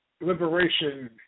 Liberation